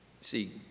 See